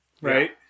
Right